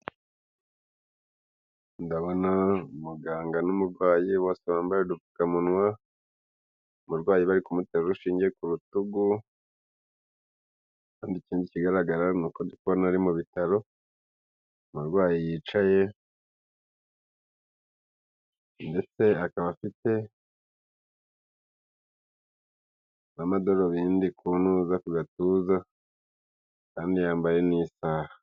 Ndabona muganga n'umurwayi bose bambaye udupfukamunwa umurwayi bari kumutera urushingiye ku rutugu kandi ikindi kigaragara ni uko ari mu bitaro umurwayi yicaye ndetse akaba afite n'amadorubindi ku gatuza kandi yambaye n'isaha.